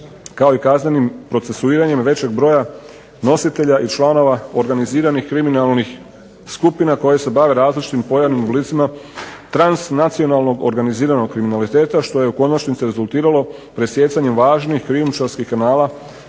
kao i kaznenim procesuiranjima većeg broja i članova organiziranih kriminalnih skupina koji se bave različitim pojavnim oblicima transnacionalnog organiziranog kriminaliteta što je u konačnici rezultiralo presijecanjem važnih krijumčarskih kanala